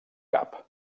cap